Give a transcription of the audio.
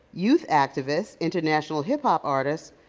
youth activist, international hip-hop artist,